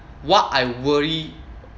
what I worry